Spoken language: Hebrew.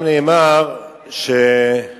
נאמר שם